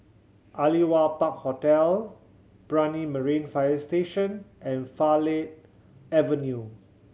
Aliwal Park Hotel Brani Marine Fire Station and Farleigh Avenue